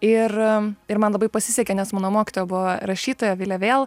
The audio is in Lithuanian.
ir ir man labai pasisekė nes mano mokytoja buvo rašytoja vilė vėl